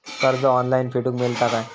कर्ज ऑनलाइन फेडूक मेलता काय?